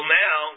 now